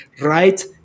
right